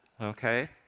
Okay